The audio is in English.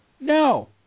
No